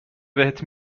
بهت